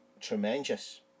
tremendous